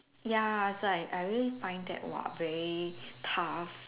ya so I I really find that !wah! very tough